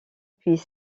puis